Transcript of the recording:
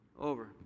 Over